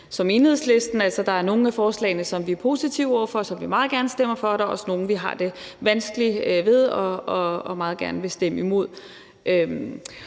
som Enhedslisten, altså at der er nogle af forslagene, som vi er positive over for, og som vi meget gerne stemmer for, og at der også er nogle, vi har det vanskeligt med og meget gerne vil stemme imod.